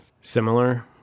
similar